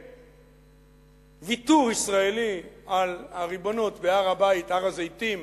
ויתור ישראלי על הריבונות בהר-הבית, הר-הזיתים